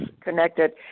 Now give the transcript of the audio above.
connected